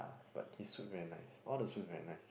ah but this shoe very nice all the shoes is very nice